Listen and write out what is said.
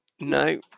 No